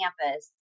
campus